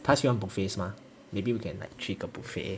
她喜欢 buffets mah maybe we can like 去一个 buffet